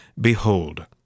behold